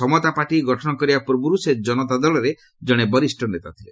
ସମତା party ଗଠନ କରିବା ପୂର୍ବରୁ ସେ ଜନତା ଦଳରେ ଜଣେ ବରିଷ୍ଠ ନେତା ଥିଲେ